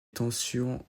tensions